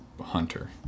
Hunter